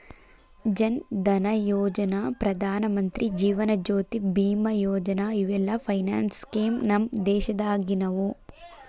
ಜನ್ ಧನಯೋಜನಾ, ಪ್ರಧಾನಮಂತ್ರಿ ಜೇವನ ಜ್ಯೋತಿ ಬಿಮಾ ಯೋಜನಾ ಇವೆಲ್ಲ finance scheme ನಮ್ ದೇಶದಾಗಿನವು